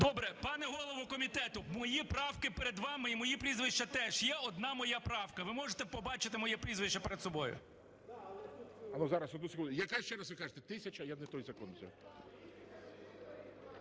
Добре, пане голово комітету, мої правки перед вами і мої прізвища теж. Є одна моя правка, ви можете побачити моє прізвище перед собою. ГОЛОВУЮЧИЙ. Ану зараз, одну секунду. Яка, ще раз, ви кажете? (Шум у залі)